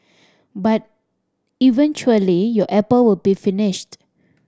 but eventually your apple will be finished